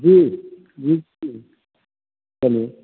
जी जी